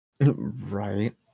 Right